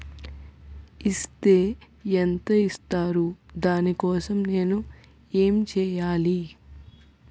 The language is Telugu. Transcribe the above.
ఇస్ తే ఎంత ఇస్తారు దాని కోసం నేను ఎంచ్యేయాలి?